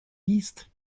east